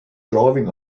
driving